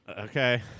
Okay